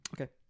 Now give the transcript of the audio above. Okay